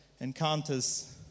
encounters